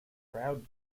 crowd